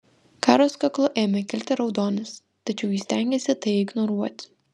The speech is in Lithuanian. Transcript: karos kaklu ėmė kilti raudonis tačiau ji stengėsi tai ignoruoti